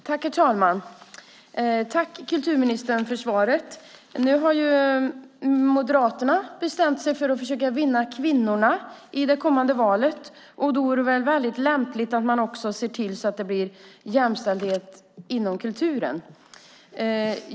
Herr talman! Jag tackar kulturministern för svaret. Nu har Moderaterna bestämt sig för att försöka vinna kvinnorna i det kommande valet. Då vore det lämpligt att man också ser till att det blir jämställdhet inom kulturen.